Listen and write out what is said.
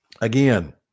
again